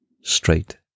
straight